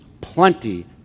Plenty